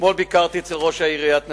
אתמול ביקרתי אצל ראש עיריית נצרת.